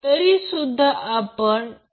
तर current coil या दरम्यान आहे